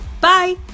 Bye